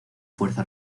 fuerza